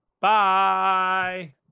Bye